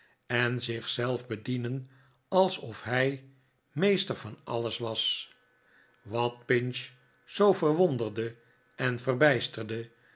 en zich zelf bedienen alsof hij meester van alles was wat pinch zoo verwonderde en verbijsterde